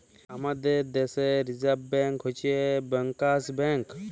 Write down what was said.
আমাদের দ্যাশে reserve bank হছে ব্যাংকার্স ব্যাংক